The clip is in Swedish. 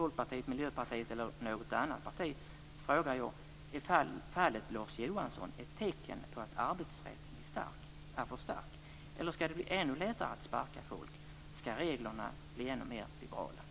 Folkpartiet, Miljöpartiet eller något annat parti frågar jag: Är fallet Lars Johansson ett tecken på att arbetsrätten är för stark? Eller skall det bli ännu lättare att sparka folk? Skall reglerna bli ännu mer liberala?